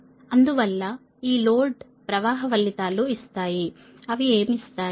అందువల్ల ఈ లోడ్ ప్రవాహ ఫలితాలు ఇస్తాయి అది ఏమి ఇస్తుంది